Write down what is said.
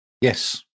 Yes